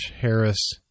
Harris